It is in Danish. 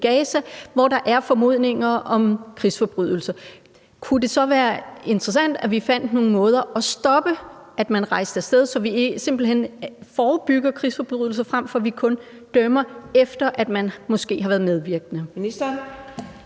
Gaza, hvor der er formodninger om krigsforbrydelser, kunne det så være interessant, at vi fandt nogle måder at stoppe, at man rejste af sted, på, så vi simpelt hen forebygger krigsforbrydelser, frem for at vi kun dømmer, efter at man måske har været medvirkende